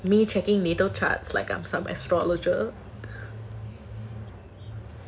me checking middle charts like I'm some astrologer